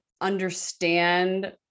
understand